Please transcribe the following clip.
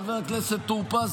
חבר הכנסת טור פז,